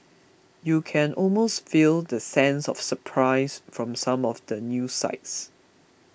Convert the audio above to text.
you can almost feel the sense of surprise from some of the news sites